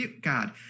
god